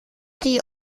die